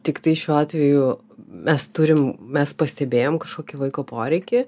tiktai šiuo atveju mes turim mes pastebėjom kažkokį vaiko poreikį